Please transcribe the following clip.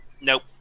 Nope